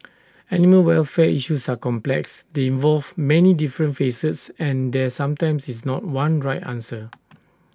animal welfare issues are complex they involve many different facets and there sometimes is not one right answer